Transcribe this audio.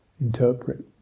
interpret